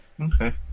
Okay